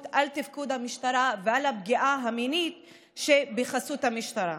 על תפקוד המשטרה ועל הפגיעה המינית שבחסות המשטרה: